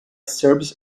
serbs